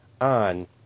on